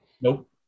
Nope